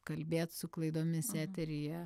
kalbėt su klaidomis eteryje